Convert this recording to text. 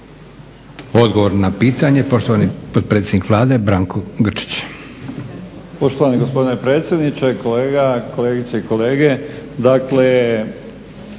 Odgovor na pitanje poštovani potpredsjednik Vlade Branko Grčić.